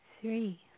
three